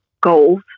goals